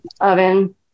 oven